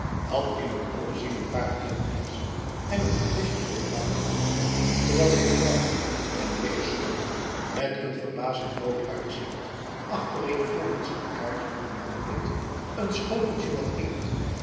had in een ommezien een paar kelkjens en een fleschjen voor den dag gehaald terwijl zijn vrouw een dikke schommel met een verbazend rood uitzicht achtereenvolgends een kaars met een lange pit een schoteltjen met inkt